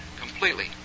completely